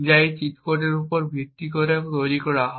যা এই চিট কোডের উপর ভিত্তি করে তৈরি করা হয়